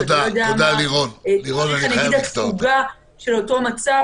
כשאתה לא יודע - התפוגה של אותו מצב,